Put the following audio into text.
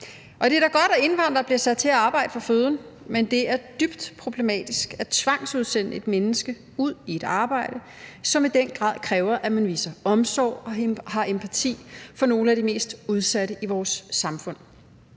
Og det er da godt, at indvandrere bliver sat til at arbejde for føden, men det er dybt problematisk at tvangsudsende et menneske i et arbejde, som i den grad kræver, at man viser omsorg og har empati for nogle af de mest udsatte i vores samfund.